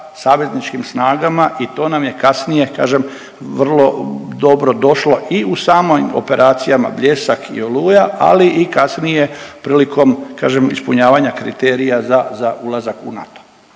savezničkim snagama i to nam je kasnije, kažem, vrlo dobro došlo i u samoj operacijama Bljesak i Oluja, ali i kasnije, prilikom, kažem, ispunjavanja kriterija za ulazak u NATO.